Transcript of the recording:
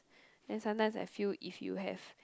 then sometimes I feel if you have